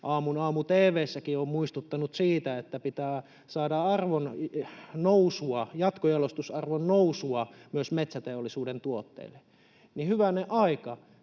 aamun aamu-tv:ssäkin on muistuttanut siitä, että pitää saada arvonnousua, jatkojalostusarvon nousua myös metsäteollisuuden tuotteille — niin hyvänen aika,